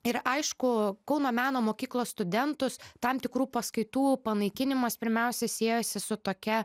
ir aišku kauno meno mokyklos studentus tam tikrų paskaitų panaikinimas pirmiausia siejosi su tokia